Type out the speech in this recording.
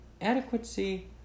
Adequacy